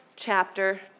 chapter